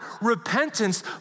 repentance